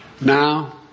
Now